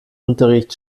unterricht